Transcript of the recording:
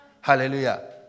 Hallelujah